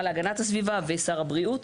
להגנת הסביבה ואת שר הבריאות,